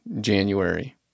January